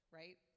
right